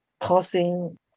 causing